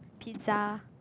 pizza